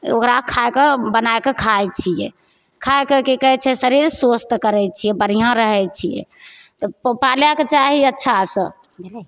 ओकरा खाकऽ बनाकऽ खाइ छियै खाकऽ की कहय छै शरीर स्वस्थ करय छियै बढ़िआँ रहय छियै तऽ पालयके चाही अच्छासँ भेलय